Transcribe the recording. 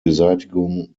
beseitigung